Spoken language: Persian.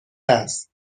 است